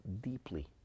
deeply